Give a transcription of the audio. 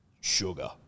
sugar